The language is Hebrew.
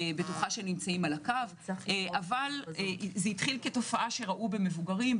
וזה התחיל בתופעה שהתחיל במבוגרים.